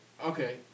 Okay